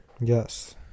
Yes